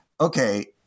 okay